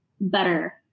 better